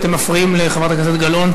אתם מפריעים לחברת הכנסת גלאון.